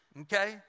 Okay